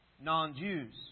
non-jews